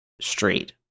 straight